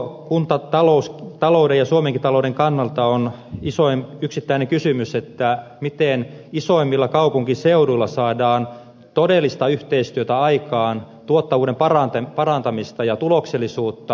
koko kuntatalouden ja suomenkin talouden kannalta on isoin yksittäinen kysymys miten isoimmilla kaupunkiseuduilla saadaan todellista yhteistyötä aikaan tuottavuuden parantamista ja tuloksellisuutta